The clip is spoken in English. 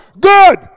Good